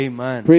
Amen